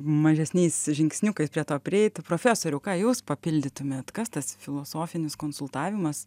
mažesniais žingsniukais prie to prieiti profesoriau ką jūs papildytumėt kas tas filosofinis konsultavimas